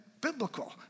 biblical